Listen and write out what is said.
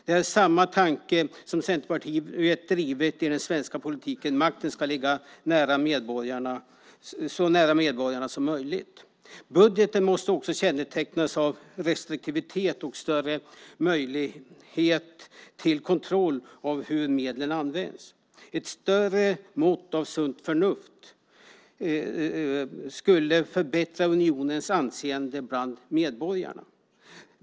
Det är samma tanke som Centerpartiet driver i den svenska politiken, att makten ska ligga så nära medborgarna som möjligt. Budgeten måste också kännetecknas av restriktivitet och större möjlighet till kontroll av hur medlen används. Ett större mått av sunt förnuft skulle förbättra unionens anseende bland medborgarna.